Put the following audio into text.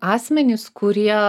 asmenys kurie